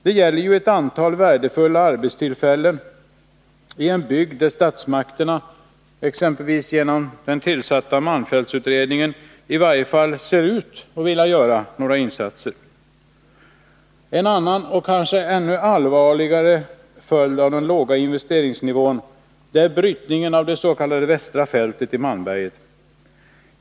Det gäller ju ett antal värdefulla arbetstillfällen i en bygd, där statsmakterna genom exempelvis den tillsatta malmfältsutredningen i varje fall ser ut att vilja göra några insatser. En annan och kanske ännu allvarligare följd av den låga investeringsnivån gäller brytningen av det s.k. västra fältet i Malmberget.